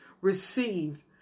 received